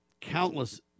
countless